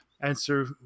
answer